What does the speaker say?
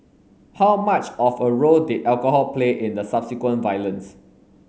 how much of a role did alcohol play in the subsequent violence